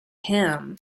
him